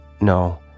No